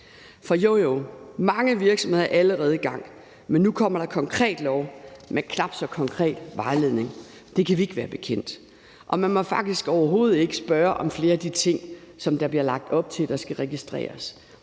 For jo jo, mange virksomheder er allerede i gang, men nu kommer der en konkret lov med en knap så konkret vejledning. Det kan vi ikke være bekendt, og man må faktisk overhovedet ikke spørge om flere af de ting, som der bliver lagt op til skal registreres.